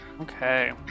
Okay